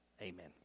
Amen